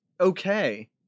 okay